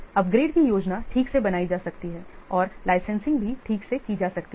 upgrade की योजना ठीक से बनाई जा सकती है और लाइसेंसिंग भी ठीक से की जा सकती है